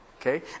Okay